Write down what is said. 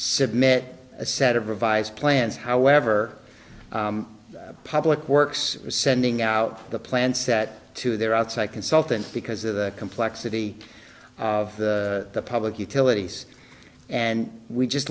submit a set of revised plans however public works sending out the plan set to their outside consultant because of the complexity of the public utilities and we just